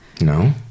No